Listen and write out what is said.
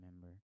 remember